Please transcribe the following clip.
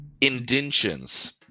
indentions